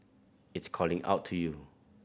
it's calling out to you